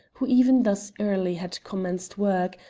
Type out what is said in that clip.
who even thus early had commenced work,